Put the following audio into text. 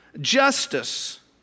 justice